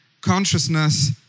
consciousness